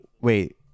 wait